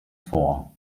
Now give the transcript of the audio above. vor